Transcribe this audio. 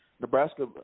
Nebraska